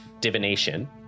divination